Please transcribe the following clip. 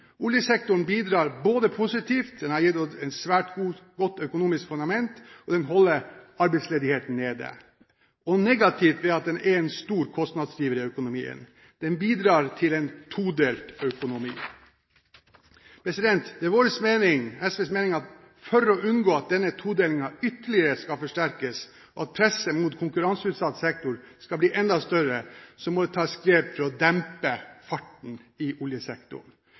Oljesektoren bidrar positivt ved at den har gitt oss et svært godt økonomisk fundament og den holder arbeidsledigheten nede, og bidrar negativt ved at den er en stor kostnadsdriver i økonomien. Den bidrar til en todelt økonomi. Det er SVs mening at for å unngå at denne todelingen ytterligere skal forsterkes og at presset mot konkurranseutsatt sektor skal bli enda større, må det tas grep for å dempe farten i oljesektoren.